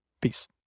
Peace